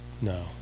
No